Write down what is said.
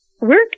work